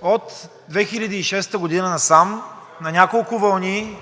От 2006 г. насам на няколко вълни